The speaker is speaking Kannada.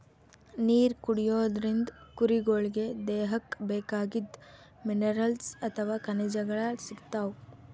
ನೀರ್ ಕುಡಿಯೋದ್ರಿಂದ್ ಕುರಿಗೊಳಿಗ್ ದೇಹಕ್ಕ್ ಬೇಕಾಗಿದ್ದ್ ಮಿನರಲ್ಸ್ ಅಥವಾ ಖನಿಜಗಳ್ ಸಿಗ್ತವ್